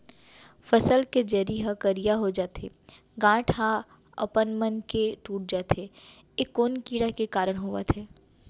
फसल के जरी ह करिया हो जाथे, गांठ ह अपनमन के टूट जाथे ए कोन कीड़ा के कारण होवत हे?